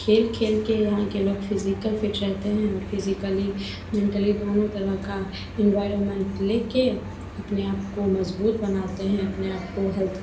खेल खेल के यहाँ के लोग फिज़िकल फिट रहते हैं और फिजिकलि मेंटली दोनों तरह का एनवायरनमेंट लेकर अपने आप को मज़बूत बनाते हैं अपने आप को हेल्थ